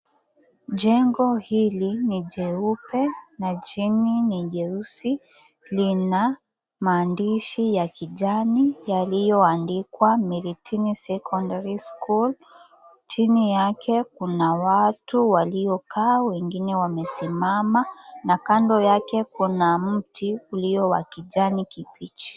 Jengo hili ni jeupe na chini ni jeusi, lina maandishi ya kijani iliyoandikwa MIRITINI SECONDARY CHOOL. Chini yake kuna watu waliokaa, wengine wamesimama na kando yake kuna mti ulio wa kijani kibichi.